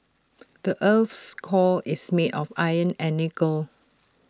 the Earth's core is made of iron and nickel